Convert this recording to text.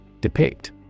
Depict